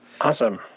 Awesome